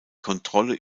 kontrolle